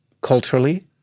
culturally